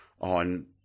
on